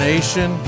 Nation